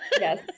Yes